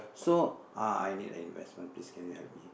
so uh I need a investment please can you help me